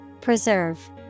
Preserve